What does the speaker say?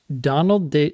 Donald